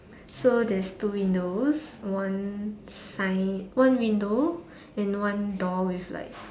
so there's two windows one sign one window and one door with like